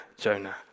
Jonah